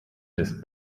ist